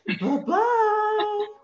Bye-bye